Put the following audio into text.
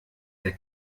der